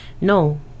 No